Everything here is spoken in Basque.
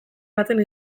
baten